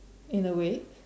in a way